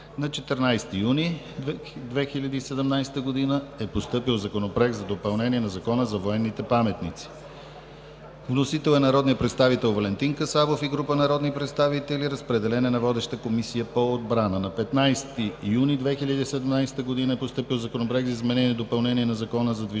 На 14 юни 2017 г. е постъпил Законопроект за допълнение на Закона за военните паметници. Вносител е народният представител Валентин Касабов и група народни представители. Разпределен е на водещата Комисия по отбрана. На 15 юни 2017 г. е постъпил Законопроект за изменение и допълнение на Закона за движение